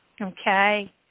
okay